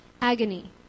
Agony